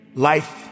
Life